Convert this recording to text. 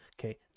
Okay